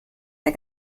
der